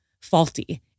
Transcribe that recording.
faulty